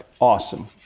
awesome